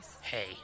Hey